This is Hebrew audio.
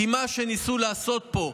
כי מה שניסו לעשות פה,